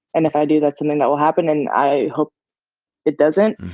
and if i do, that's something that will happen, and i hope it doesn't.